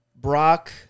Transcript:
Brock